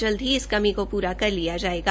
जल्द ही इस कमी को पूरा कर लिया जाएगा